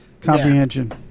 comprehension